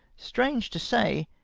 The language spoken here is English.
strange to say,